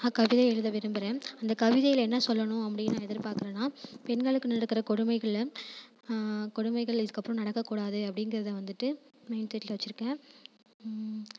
நான் கவிதை எழுத விரும்புகிறேன் அந்த கவிதையில் என்ன சொல்லணும் அப்படின்னு நான் எதிர்பார்க்குறேன்னா பெண்களுக்கு நடக்கிற கொடுமைகள்ல கொடுமைகள் இதுக்கப்பறம் நடக்கக்கூடாது அப்படிங்குறத வந்துட்டு மைண்ட் தாட்டில் வச்சிருக்கேன்